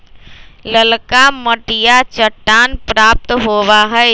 ललका मटिया चट्टान प्राप्त होबा हई